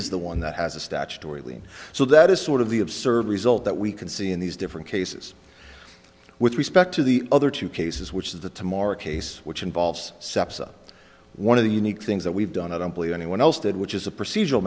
is the one that has a statutory lien so that is sort of the observed result that we can see in these different cases with respect to the other two cases which is the tamara case which involves septa one of the unique things that we've done i don't believe anyone else did which is a procedural